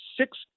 Six